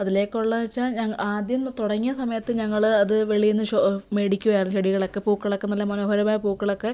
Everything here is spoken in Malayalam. അതിലേക്കൊള്ളതെന്ന് വെച്ചാൽ ഞ ആദ്യം തുടങ്ങിയ സമയത്ത് ഞങ്ങള് അത് വെളീന്ന് ഷൊ മേടിക്കുവായിരുന്നു ചെടികളൊക്കെ പൂക്കളൊക്കെ നല്ല മനോഹരമായ പൂക്കളൊക്കെ